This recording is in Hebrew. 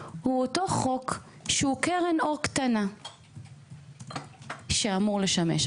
הוא אותו חוק שהוא קרן אור קטנה שאמור לשמש.